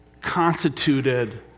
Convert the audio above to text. constituted